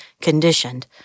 conditioned